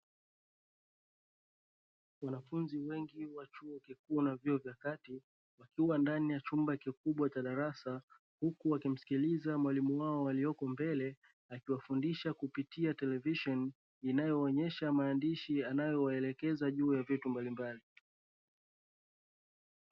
Wanafunzi wengi wa chuo kikuu na vyuo vya kati wakiwa ndani ya chumba kikubwa cha darasa huku walimsikiliza mwalimu wao aliyepo mbele, akiwafundisha kupitia televisheni yenye maandishi inayoonyesha vitu mbalimbali.